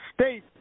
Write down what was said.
state